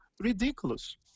Ridiculous